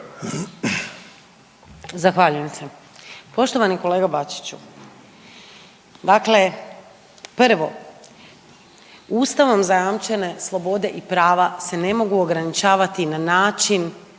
Zahvaljujem se. Poštovani kolega Bačiću, dakle prvo ustavom zajamčene slobode i prava se ne mogu ograničavati na način